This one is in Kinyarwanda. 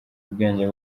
ubwenge